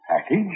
Package